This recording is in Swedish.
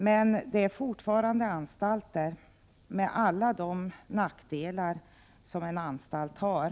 Men det är fortfarande anstalter med alla de nackdelar som en anstalt har.